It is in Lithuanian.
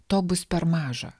to bus per maža